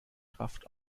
kraft